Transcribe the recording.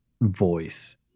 voice